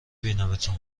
بینمتون